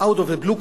out of the blue,